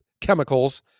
chemicals